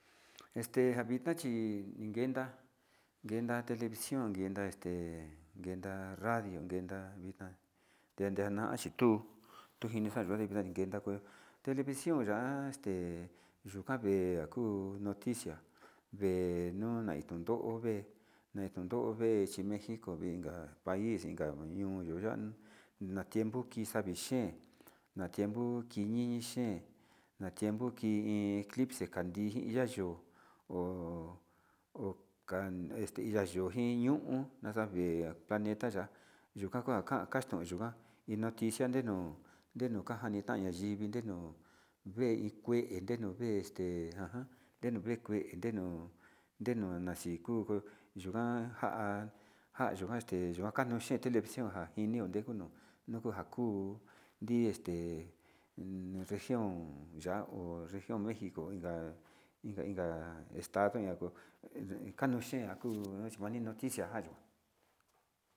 Este avitna chi nigenda genda televisión genda este genda radio genda vixnat tena chitu tujinio yo ngenda television ya'a este yuu ka'a vée noticia vée nua tunde vée netunde vée chivexiko vée nda pais inka ño'o nuu yuyuan nativo kixa'a niyen tiempo kinini xhen na'a tiempo ke iin eclipse kande iya yo'o ho kan este iyayo nji ñuu, uun naxave planeta ya'a yukaka kan kaxton yukuan inoticia ninu ninu kanja nikanya yivininu vee iin nii kue ye nuu ve'e tenjan denuve kue ndenu ndenu naxi kuku yukan nja'a njanuan este yukan nuu xhexte lecion ijinio dejuno, nujan kuu di este nuu region ya'a on rehion mexico inka inka estado kanuxhen kuu kii noxticia kayuu.